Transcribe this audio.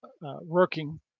working